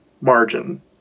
margin